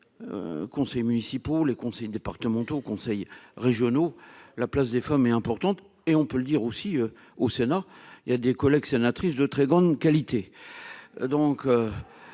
les conseils municipaux, les conseillers départementaux, conseils régionaux, la place des femmes est importante et on peut le dire aussi au Sénat il y a des collègues, sénatrice de très grande qualité